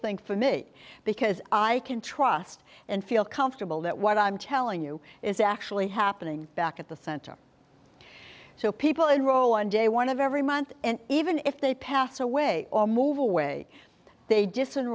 thing for me because i can trust and feel comfortable that what i'm telling you is actually happening back at the center so people enroll one day one of every month and even if they pass away or move away they just en